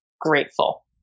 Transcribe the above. grateful